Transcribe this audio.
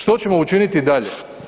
Što ćemo učiniti dalje?